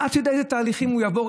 אתה יודע איזה תהליכים הוא יעבור,